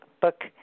book